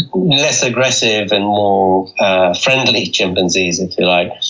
less aggressive and more friendly chimpanzees, if you like,